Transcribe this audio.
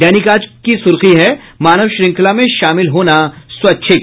दैनिक आज की सुर्खी है मानव श्रृंखला में शामिल होना स्वैच्छिक